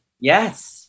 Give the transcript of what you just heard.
Yes